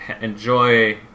enjoy